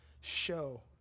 show